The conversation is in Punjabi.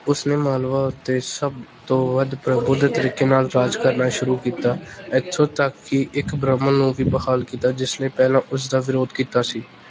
ਉਸ ਨੇ ਮਾਲਵਾ ਉੱਤੇ ਸਭ ਤੋਂ ਵੱਧ ਪ੍ਰਬੁੱਧ ਤਰੀਕੇ ਨਾਲ ਰਾਜ ਕਰਨਾ ਸ਼ੁਰੂ ਕੀਤਾ ਇੱਥੋਂ ਤੱਕ ਕਿ ਇੱਕ ਬ੍ਰਾਹਮਣ ਨੂੰ ਵੀ ਬਹਾਲ ਕੀਤਾ ਜਿਸ ਨੇ ਪਹਿਲਾਂ ਉਸ ਦਾ ਵਿਰੋਧ ਕੀਤਾ ਸੀ